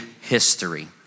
history